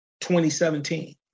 2017